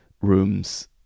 rooms